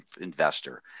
investor